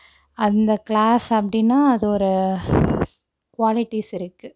அந்த க்ளாஸ் அப்படினா அது ஒரு குவாலிட்டிஸ் இருக்குது